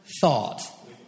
thought